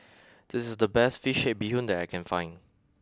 this is the best Fish Head Bee Hoon that I can find